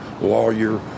lawyer